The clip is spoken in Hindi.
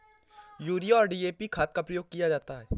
यूरिया और डी.ए.पी खाद का प्रयोग किया जाता है